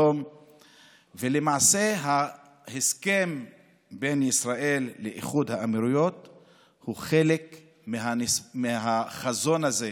ולמעשה ההסכם בין ישראל לאיחוד האמירויות הוא חלק מהחזון הזה,